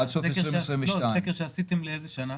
עד סוף 2022. לא, סקר שעשיתם לאיזה שנה?